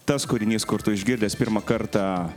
tas kūrinys kur tu išgirdęs pirmą kartą